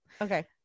okay